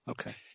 Okay